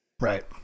Right